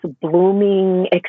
blooming